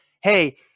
Hey